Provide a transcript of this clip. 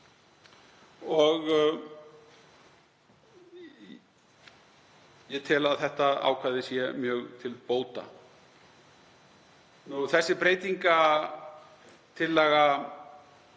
þó. Ég tel að þetta ákvæði sé mjög til bóta. Þessi breytingartillaga